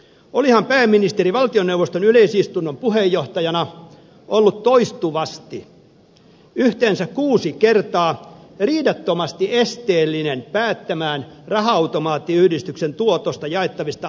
olihan pääministeri valtioneuvoston yleisistunnon puheenjohtajana ollut toistuvasti yhteensä kuusi kertaa riidattomasti esteellinen päättämään raha automaattiyhdistyksen tuotosta jaettavista avustuksista nuorisosäätiölle